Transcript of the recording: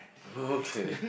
okay